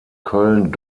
köln